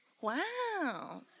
wow